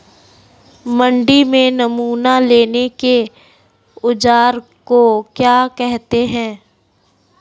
मंडी में नमूना लेने के औज़ार को क्या कहते हैं?